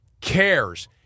cares